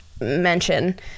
mention